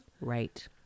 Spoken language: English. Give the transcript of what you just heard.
Right